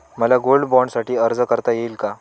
मला गोल्ड बाँडसाठी अर्ज करता येईल का?